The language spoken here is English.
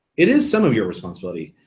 it is some of your responsibility,